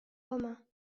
roumains